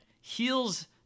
heals